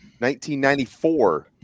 1994